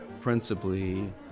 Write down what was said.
principally